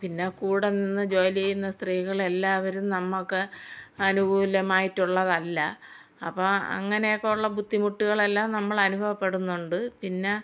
പിന്നെ കൂടെ നിന്ന് ജോലി ചെയ്യുന്ന സ്ത്രീകളെല്ലാവരും നമുക്ക് അനുകൂലമായിട്ടുള്ളതല്ല അപ്പം അങ്ങനൊക്കെ ഉള്ള ബുദ്ധിമുട്ടുകളെല്ലാം നമ്മൾ അനുഭവപ്പെടുന്നുണ്ട് പിന്നെ